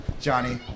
johnny